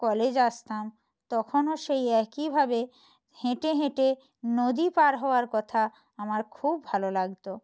college আসতাম তখনো সেই একইভাবে হেঁটে হেঁটে নদী পার হওয়ার কথা আমার খুব ভালো লাগতো